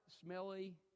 smelly